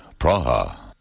Praha